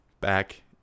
back